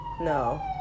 no